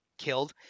killed